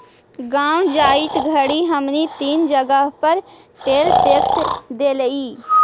गाँव जाइत घड़ी हमनी तीन जगह पर टोल टैक्स देलिअई